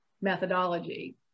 methodology